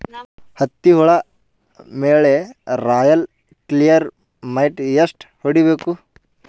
ಹತ್ತಿ ಹುಳ ಮೇಲೆ ರಾಯಲ್ ಕ್ಲಿಯರ್ ಮೈಟ್ ಎಷ್ಟ ಹೊಡಿಬೇಕು?